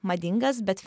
madingas bet